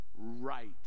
right